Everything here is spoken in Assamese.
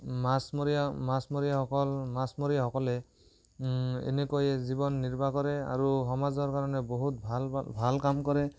মাছমৰীয়া মাছমৰীয়াসকল মাছমৰীয়াসকলে এনেকৈয়ে জীৱন নিৰ্বাহ কৰে আৰু সমাজৰ কাৰণে বহুত ভাল ভাল ভাল কাম কৰে